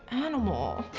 animal.